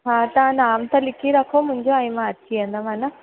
हा तव्हां नाम त लिखी रखो मुंहिंजो ऐं मां अची वेंदमि हान